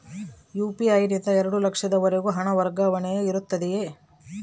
UPI ನಿಂದ ಎರಡು ಲಕ್ಷದವರೆಗೂ ಹಣ ವರ್ಗಾವಣೆ ಇರುತ್ತದೆಯೇ?